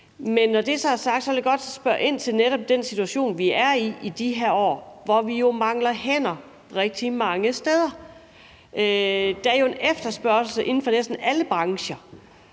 men når det så er sagt, vil jeg godt spørge ind til den situation, vi netop er i i de her år, hvor vi jo mangler hænder rigtig mange steder. Der er jo en efterspørgsel inden for næsten alle brancher.